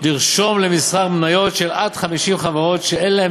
לרשום למסחר מניות של עד 50 חברות שאין להן